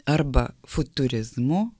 arba futurizmu